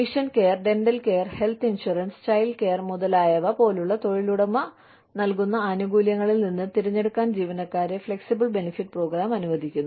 vision care dental care health insurance child care മുതലായവ പോലുള്ള തൊഴിലുടമ നൽകുന്ന ആനുകൂല്യങ്ങളിൽ നിന്ന് തിരഞ്ഞെടുക്കാൻ ജീവനക്കാരെ ഫ്ലെക്സിബിൾ ബെനിഫിറ്റ് പ്രോഗ്രാം അനുവദിക്കുന്നു